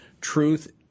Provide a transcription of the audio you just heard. truth